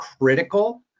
critical